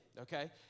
Okay